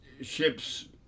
ships